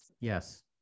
Yes